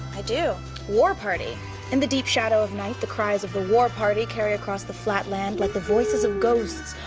i do. war party in the deep shadow of night, the cries of the war party carry across the flat land like the voices of ghosts,